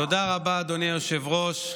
תודה רבה, אדוני היושב-ראש.